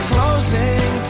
Closing